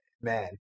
man